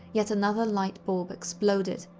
yet another light bulb exploded,